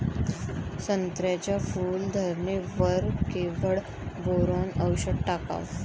संत्र्याच्या फूल धरणे वर केवढं बोरोंन औषध टाकावं?